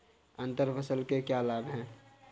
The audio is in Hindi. अंतर फसल के क्या लाभ हैं?